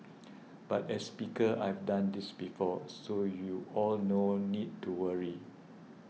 but as speaker I've done this before so you all no need to worry